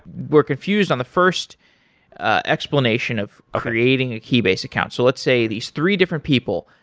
were confused on the first ah explanation of creating a keybase account. so let's say these three different people,